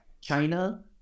China